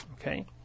okay